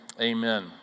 Amen